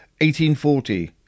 1840